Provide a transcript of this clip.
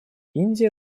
индия